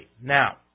Now